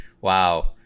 wow